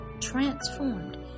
transformed